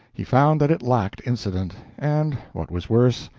he found that it lacked incident, and, what was worse,